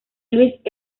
luis